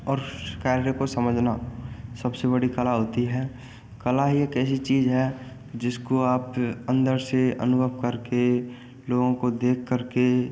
और उस कार्य को समझना सबसे बड़ी कला होती कला एक ऐसी चीज़ है जिसको आप अन्दर से अनुभव करके लोगों को देख करके